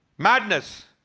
madness.